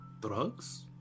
drugs